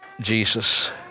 Jesus